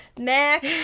Mac